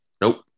Nope